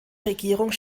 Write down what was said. regierung